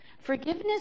forgiveness